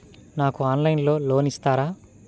నాకు ఆన్లైన్లో లోన్ ఇస్తారా?